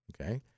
okay